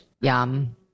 Yum